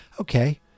Okay